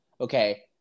Okay